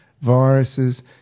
viruses